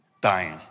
dying